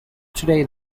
today